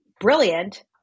brilliant